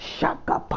Shaka